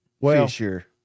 Fisher